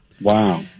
Wow